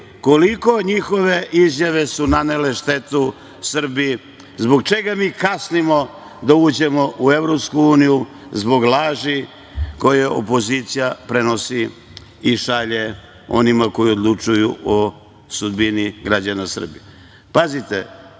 koliko njihove izjave su nanele štetu Srbiji, zbog čega mi kasnimo da uđemo u EU, zbog laži koje opozicija prenosi i šalje onima koji odlučuju o sudbini građana Srbije. Pazite,